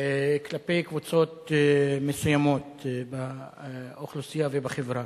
כלפי קבוצות מסוימות באוכלוסייה ובחברה.